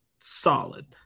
solid